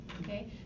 okay